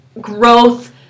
growth